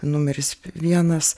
numeris vienas